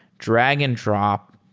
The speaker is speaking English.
drag-and-drop,